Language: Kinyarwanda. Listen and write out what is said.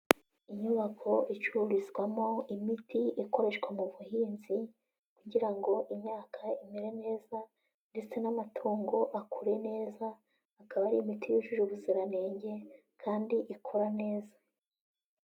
Inyubako icururizwamo imiti ikoreshwa mu buhinzi, kugira ngo imyaka imere neza, ndetse n'amatungo akure neza, akaba ari imiti yujuje ubuziranenge kandi ikora neza.